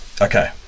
Okay